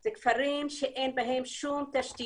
אלה כפרים שאין בהם תשתיות,